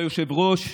אדוני היושב-ראש,